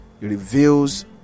reveals